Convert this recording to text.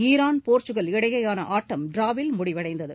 Iran Portugal இடையேயான ஆட்டம் டிராவில் முடிவடைந்தது